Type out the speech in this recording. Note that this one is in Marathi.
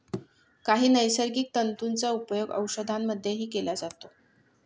काही नैसर्गिक तंतूंचा उपयोग औषधांमध्येही केला जातो